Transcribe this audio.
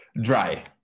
Dry